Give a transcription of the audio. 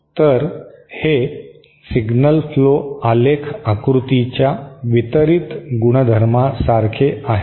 तर हे signal flow आलेख आकृतीच्या वितरित गुणधर्मासारखे आहे